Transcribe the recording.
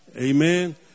Amen